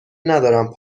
ندارم